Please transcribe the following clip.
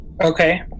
Okay